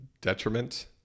detriment